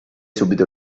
subito